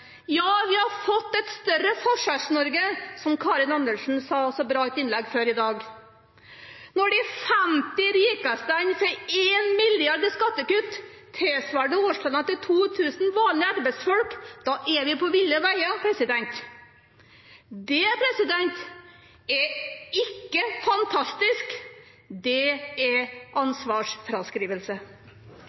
Ja, vi har fått et større Forskjells-Norge, som Karin Andersen sa så bra i et innlegg tidligere i dag. Når de 50 rikeste får 1 mrd. kr i skattekutt, tilsvarende årslønna til 2 000 vanlige arbeidsfolk, er vi på ville veier. Det er ikke fantastisk. Det er ansvarsfraskrivelse.